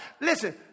listen